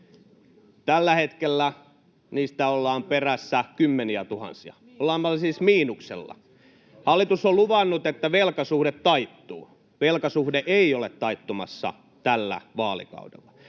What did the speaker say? Tällä hetkellä niistä ollaan perässä kymmeniätuhansia, ollaan siis miinuksella. Hallitus on luvannut, että velkasuhde taittuu. Velkasuhde ei ole taittumassa tällä vaalikaudella.